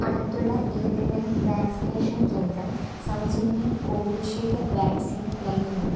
അടുത്തുള്ള ഏതെങ്കിലും വാക്സിനേഷൻ കേന്ദ്രം സൗജന്യ കോവിഷീൽഡ് വാക്സിൻ നൽകുന്നുണ്ടോ